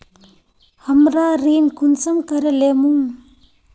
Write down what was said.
हमरा ऋण कुंसम करे लेमु?